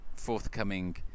forthcoming